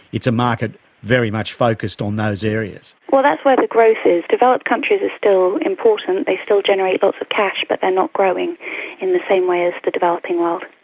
it's a market very much focused on those areas. well, that's where the growth is. developed countries are still important, they still generate lots of cash but they are not growing in the same way as the developing world.